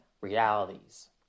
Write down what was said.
realities